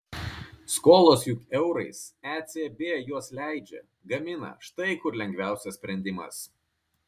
skolos juk eurais ecb juos leidžia gamina štai kur lengviausias sprendimas